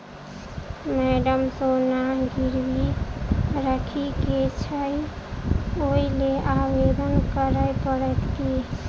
Madam सोना गिरबी राखि केँ छैय ओई लेल आवेदन करै परतै की?